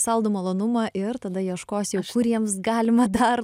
saldų malonumą ir tada ieškos jau kur jiems galima dar